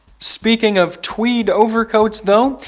speaking of tweed overcoats though,